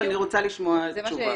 אבל אני רוצה לשמוע תשובה.